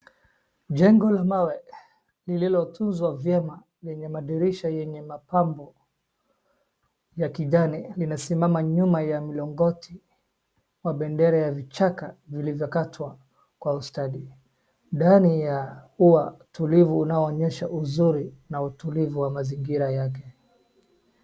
Jengo la mawe lililotunzwa vyema lenye madirisha yenye mapambo ya kijani, linasimama nyuma ya milongoti wa bendera ya vichaka vilivyokatwa kwa ustadi. Ndani ya ua tulivu unaoonyesha uzuri na utulivu wa mazingira yake.